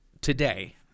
today